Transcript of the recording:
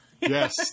Yes